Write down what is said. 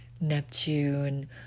neptune